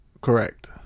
Correct